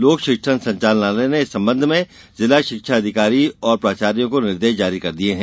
लोक शिक्षण संचालनालय ने इस संबंध में जिला शिक्षा अधिकारी और प्राचार्यो को निर्देश जारी कर दिये हैं